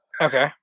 Okay